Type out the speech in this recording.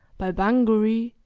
by bungaree,